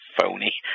phony